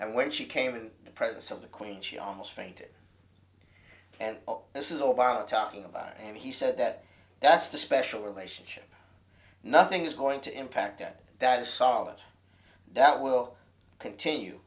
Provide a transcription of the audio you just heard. and when she came in the presence of the queen she almost fainted and all this is all about talking about him he said that that's the special relationship nothing's going to impact and that is solid that will continue